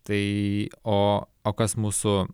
tai o o kas mūsų